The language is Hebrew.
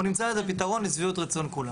אנחנו נמצא לזה פתרון לשביעות רצון כולם.